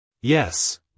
Yes